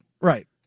Right